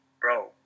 bro